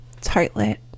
tartlet